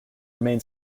remain